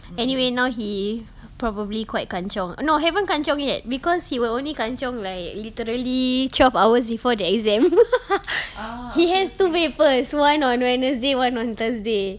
anyway now he probably quite kanchiong no haven't kanchiong yet because he will only kanchiong like literally twelve hours before the exam he has two papers one on wednesday one on thursday